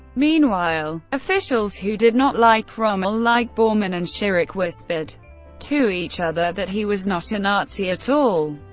meanwhile, officials who did not like rommel like bormann and schirach whispered to each other that he was not a nazi at all.